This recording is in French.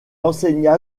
enseigna